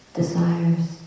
desires